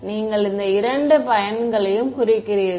நீங்கள் இந்த இரண்டு பையன்களையும் குறிக்கிறீர்கள்